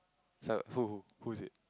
so who who's it